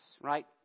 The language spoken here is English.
right